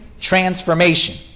transformation